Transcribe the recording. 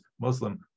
Muslim